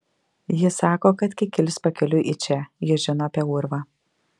jis sako kad kikilis pakeliui į čia jis žino apie urvą